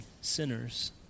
sinners